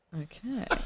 Okay